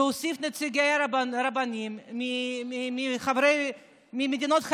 להוסיף נציגים רבנים מחבר המדינות,